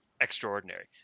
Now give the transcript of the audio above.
extraordinary